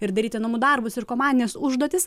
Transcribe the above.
ir daryti namų darbus ir komandines užduotis